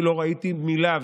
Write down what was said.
אני לא ראיתי מילה,